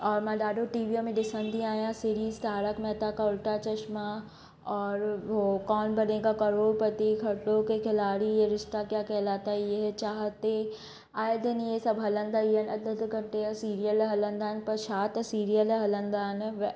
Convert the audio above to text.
और मां ॾाढो टीवीअ में ॾिसंदी आहियां सिरीस तारक मैहता का उल्टा चश्मा और उहो कौन बनेगा करोड़पती ख़तरों के ख़िलाड़ी ये रिश्ता क्या कहिलाता है ये हैं चाहते आए दिन हीअ सभु हलंदा ई आहिनि अधु अधु घंटे जा सीरियल हलंदा आहिनि पर छा त सीरियल हलंदा आहिनि